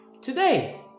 today